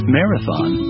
Marathon